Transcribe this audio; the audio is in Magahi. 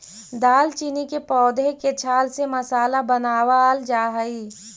दालचीनी के पौधे के छाल से मसाला बनावाल जा हई